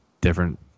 different